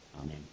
Amen